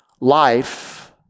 Life